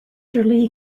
lee